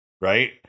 Right